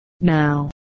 Now